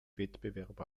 wettbewerb